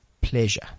pleasure